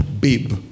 Babe